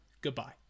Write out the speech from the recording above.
goodbye